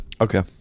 Okay